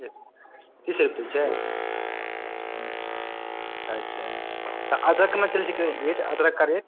जी कि होइत छै हूँ अच्छा तऽ अदरकमे रेट अदरक कऽ रेट